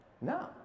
No